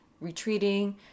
retreating